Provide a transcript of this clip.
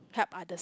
help others